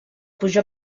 pujar